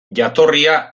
jatorria